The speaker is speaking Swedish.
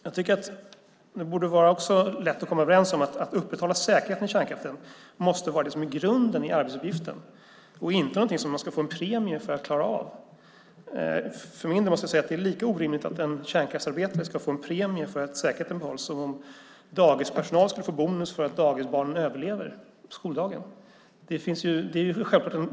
Jag tycker att det också borde vara lätt att vara överens om att upprätthållandet av säkerheten i kärnkraften måste vara det som är själva grunden i arbetsuppgiften och inte något som man ska få en premie för att klara av. För min del måste jag säga att det är lika orimligt att en kärnkraftsarbetare ska få en premie för att säkerheten behålls som om dagispersonal skulle få bonus för att dagisbarnen överlever skoldagen.